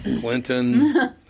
Clinton